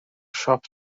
siop